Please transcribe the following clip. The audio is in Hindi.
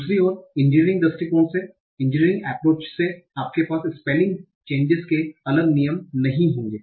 दूसरी ओर इंजीनियरिंग दृष्टिकोण से आपके पास स्पेलिंग चेंजेस के लिए अलग नियम नहीं होंगे